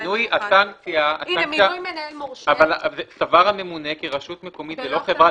מינוי הסנקציה "סבר הממונה כי רשות המקומית ולא חברה,